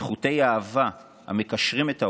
כי חוטי אהבה המקשרים את האומה,